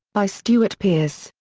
by stuart pearce,